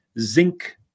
zinc